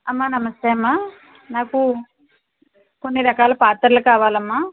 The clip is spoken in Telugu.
అమ్మ నమస్తే అమ్మ నాకు కొన్ని రకాల పాత్రలు కావాలమ్మా